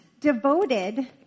devoted